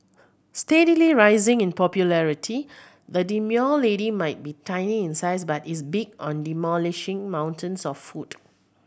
steadily rising in popularity the demure lady might be tiny in size but is big on demolishing mountains of food